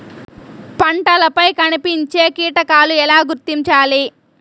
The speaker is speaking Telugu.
పంటలపై కనిపించే కీటకాలు ఎలా గుర్తించాలి?